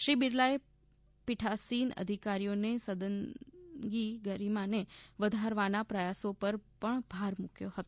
શ્રી બિરલાએ પીઠાસીન અધિકારીઓને સદનની ગરિમાને વધારવાના પ્રયાસો પર પણ ભાર મુક્યો હતો